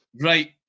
right